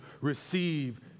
receive